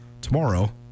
tomorrow